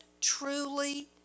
truly